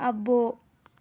అబ్బో